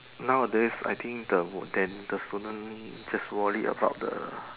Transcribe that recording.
nowadays I think the then student just worry about the